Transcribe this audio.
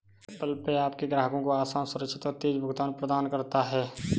Apple Pay आपके ग्राहकों को आसान, सुरक्षित और तेज़ भुगतान प्रदान करता है